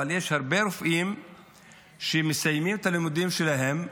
אבל יש הרבה רופאים שמסיימים את הלימודים שלהם,